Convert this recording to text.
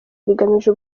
rigamije